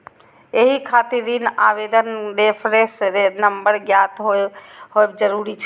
एहि खातिर ऋण आवेदनक रेफरेंस नंबर ज्ञात होयब जरूरी छै